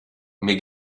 mir